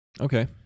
Okay